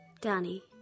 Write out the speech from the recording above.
Danny